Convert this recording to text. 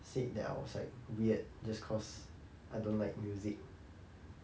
said that I was like weird just cause I don't like music